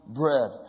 bread